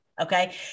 Okay